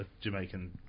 Jamaican